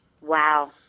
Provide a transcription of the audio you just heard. Wow